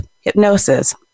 hypnosis